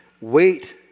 Wait